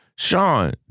Sean